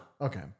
Okay